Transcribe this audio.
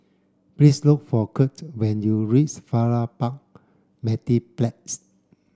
please look for Curt when you reach Farrer Park Mediplex